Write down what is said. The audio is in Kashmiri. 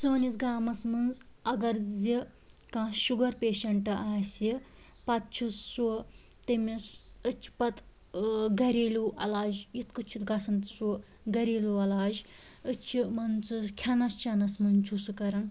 سٲنِس گامَس منٛز اگر زِ کانٛہہ شُگر پیشَنٛٹ آسِہ پَتہٕ چھُ سُہ تٔمِس أسۍ چھِ پَتہٕ گَریلوٗ علاج یِتھ کٔنۍ چھِ گژھان سُہ گریلوٗ علاج أسۍ چھِ مان ژٕ کھٮ۪نَس چٮ۪نَس منٛز چھُ سُہ کَران